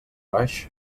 baix